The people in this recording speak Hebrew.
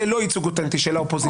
זה לא ייצוג אוטנטי של האופוזיציה.